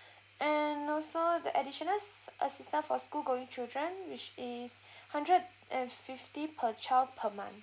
and also the additional assistant for school going children which is hundred and fifty per child per month